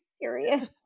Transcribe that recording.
serious